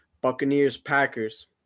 Buccaneers-Packers